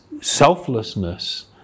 selflessness